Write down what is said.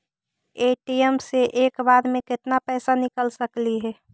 ATM से एक बार मे केत्ना पैसा निकल सकली हे?